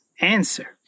answer